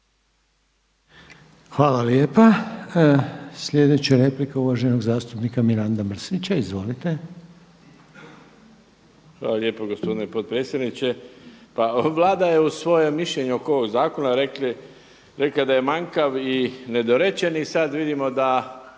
Hvala lijepa. Sljedeća replika uvaženog zastupnika Miranda Mrsića. Izvolite. **Mrsić, Mirando (SDP)** Hvala lijepo gospodine potpredsjedniče. Pa Vlada je u svojem mišljenju oko ovog zakona rekla da je manjkav i da je nedorečen i sada vidimo da